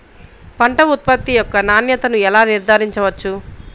పంట ఉత్పత్తి యొక్క నాణ్యతను ఎలా నిర్ధారించవచ్చు?